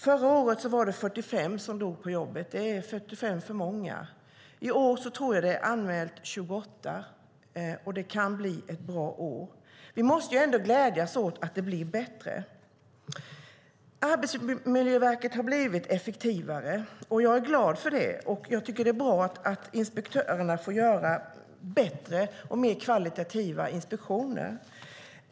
Förra året var det 45 som dog på jobbet. Det är 45 för många. I år tror jag att det är anmält 28, och det kan bli ett bra år. Vi måste ändå glädjas åt att det blir bättre. Arbetsmiljöverket har blivit effektivare, och jag är glad för det. Jag tycker att det är bra att inspektörerna får göra kvalitativt bättre inspektioner.